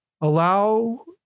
Allow